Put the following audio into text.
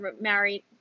married